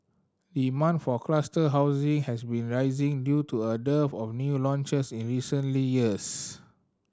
demand for cluster housing has been rising due to a dearth of new launches in recently years